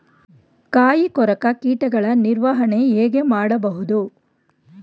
ಕಾಯಿ ಕೊರಕ ಕೀಟಗಳ ನಿರ್ವಹಣೆ ಹೇಗೆ ಮಾಡಬಹುದು?